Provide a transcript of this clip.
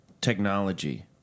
technology